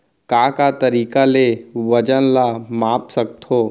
का का तरीक़ा ले वजन ला माप सकथो?